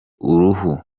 uruhu